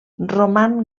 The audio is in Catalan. roman